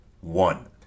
one